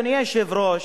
אדוני היושב-ראש,